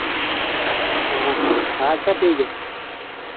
ᱦᱮᱸ ᱟᱪᱪᱷᱟ ᱴᱷᱤᱠ ᱟᱪᱷᱮ ᱜᱮᱭᱟ